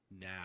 now